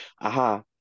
aha